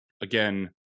again